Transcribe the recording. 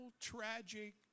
tragic